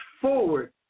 forward